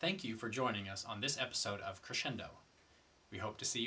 thank you for joining us on this episode of crescendo we hope to see